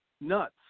nuts